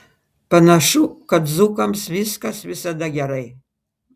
panašu kad dzūkams viskas visada gerai